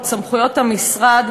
את סמכויות המשרד,